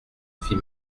fit